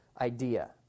idea